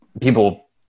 people